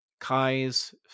Kai's